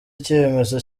icyemezo